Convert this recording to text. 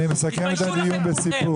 אני מסכם את הדיון בסיפור.